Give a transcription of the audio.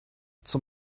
zum